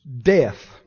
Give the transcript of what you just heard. death